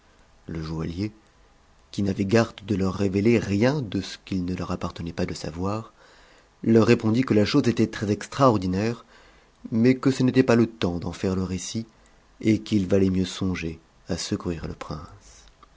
le joaillier qui n'avait garde de leur révéler rien de ce qu'il ne leur appartenait pas de savoir leur répondit que la chose était très extraordinaire mais que ce n'était pas le temps d'en faire le récit et qu'il valait mieux songer secourir le prince